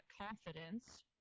confidence